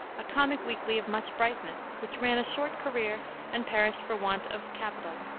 a comic weekly of much brightness, which ran a short career and perished for want of capital.